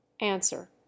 answer